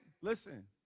listen